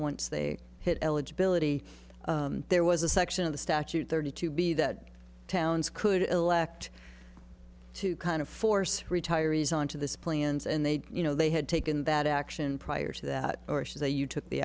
once they hit eligibility there was a section of the statute thirty two b that towns could elect to kind of force retirees onto this plans and they you know they had taken that action prior to that or say you took the